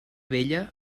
vella